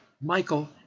Michael